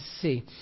see